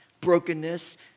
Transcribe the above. brokenness